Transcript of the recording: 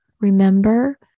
Remember